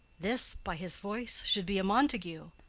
this, by his voice, should be a montague.